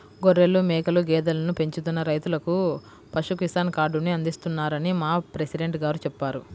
గొర్రెలు, మేకలు, గేదెలను పెంచుతున్న రైతులకు పశు కిసాన్ కార్డుని అందిస్తున్నారని మా ప్రెసిడెంట్ గారు చెప్పారు